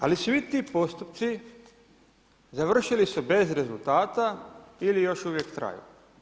Ali svi ti postupci završili su bez rezultata ili još uvijek traju.